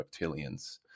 Reptilians